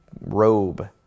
robe